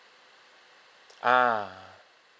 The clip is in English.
ah